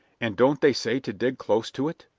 and don't they say to dig close to it?